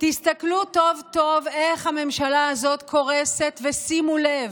תסתכלו טוב טוב איך הממשלה הזאת קורסת ושימו לב,